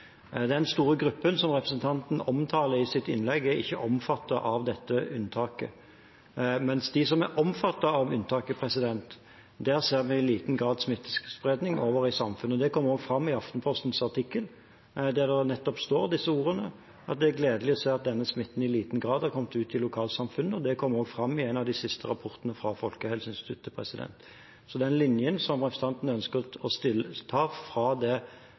Den store gruppen som representanten omtaler i sitt innlegg, er ikke omfattet av dette unntaket, mens for dem som er omfattet av unntaket, ser vi i liten grad smittespredning over i samfunnet. Det kommer også fram i Aftenpostens artikkel, der det nettopp står disse ordene, at det er gledelig å se at denne smitten i liten grad har kommet ut i lokalsamfunnet, og det kom også fram i en av de siste rapportene fra Folkehelseinstituttet. Så den linjen som representanten ønsker å ta fra det